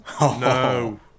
No